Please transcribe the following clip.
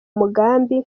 mugambi